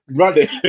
running